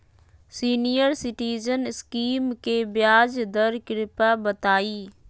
senior citizen scheme के ब्याज दर कृपया बताईं